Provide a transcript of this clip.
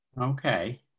Okay